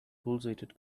pulsated